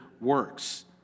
works